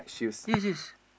yes yes